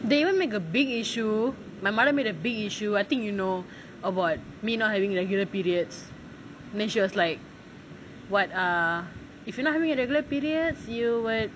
they will make a big issue my mother make a big issue I think you know about me not having regular periods then she was like [what] ah if you not having your regular periods you will